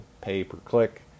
Pay-per-click